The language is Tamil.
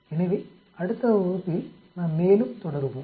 எனவே அடுத்த வகுப்பில் நாம் மேலும் தொடருவோம்